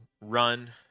run